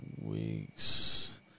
weeks